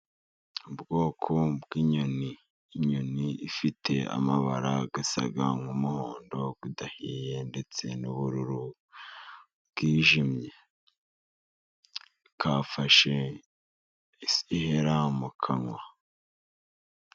Ubwoko bw'inyoni, inyoni ifite amabara asa nk'umuhondo udahiye ndetse n'ubururu bwijimye. Kafashe ifi, ihera mu kanwa.